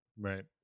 right